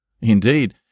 Indeed